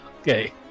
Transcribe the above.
okay